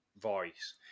voice